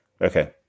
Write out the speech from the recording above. okay